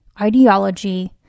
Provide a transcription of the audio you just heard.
ideology